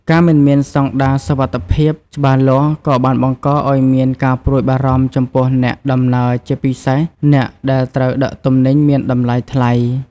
ការមិនមានស្តង់ដារសុវត្ថិភាពច្បាស់លាស់ក៏បានបង្កឱ្យមានការព្រួយបារម្ភចំពោះអ្នកដំណើរជាពិសេសអ្នកដែលត្រូវដឹកទំនិញមានតម្លៃថ្លៃ។